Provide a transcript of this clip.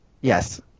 Yes